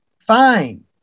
fine